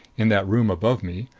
in that room above me,